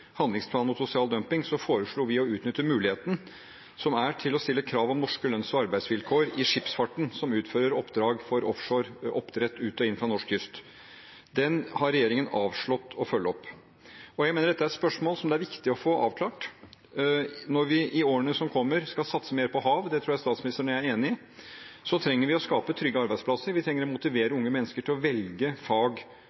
handlingsplan mot sosial dumping foreslo vi å utnytte muligheten til å stille krav om norske lønns- og arbeidsvilkår i skipsfarten som utfører oppdrag for offshoreoppdrett ut og inn fra norsk kyst. Den har regjeringen avslått å følge opp. Jeg mener dette er et spørsmål det er viktig å få avklart. Når vi i årene som kommer, skal satse mer på hav – det tror jeg statsministeren og jeg er enige om – trenger vi å skape trygge arbeidsplasser, vi trenger å motivere